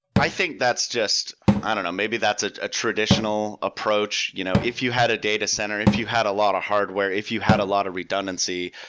i think that's just i don't know. maybe that's a a traditional approach. you know if you had a datacenter, if you had a lot of hardware, if you had a lot of redundancy,